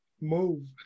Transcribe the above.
move